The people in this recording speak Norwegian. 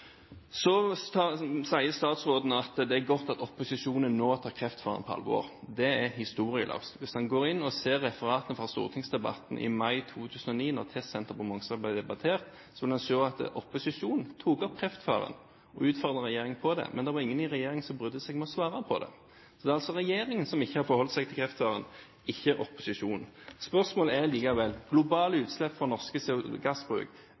Så sier statsråden at det er godt at opposisjonen nå har tatt kreftfaren på alvor. Det er historieløst. Hvis han går inn og ser på referatene fra stortingsdebatten i mai 2009, da testsenteret på Mongstad ble debattert, vil han se at opposisjonen tok opp kreftfaren og utfordret regjeringen på det. Men det var ingen i regjeringen som brydde seg om å svare på det. Det er altså regjeringen som ikke har forholdt seg til kreftfaren, ikke opposisjonen. Spørsmålet er allikevel: Globale utslipp fra norske gassbruk